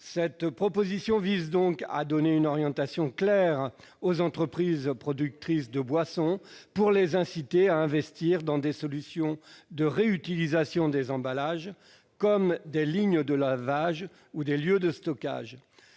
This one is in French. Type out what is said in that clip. Cette proposition vise donc à donner une orientation claire aux entreprises productrices de boisson pour les inciter à investir dans des solutions de réutilisation des emballages, des lignes de lavage ou des lieux de stockage.